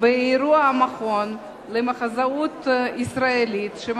באירוע המכון למחזאות ישראלית בנובמבר 2009,